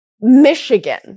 michigan